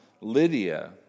Lydia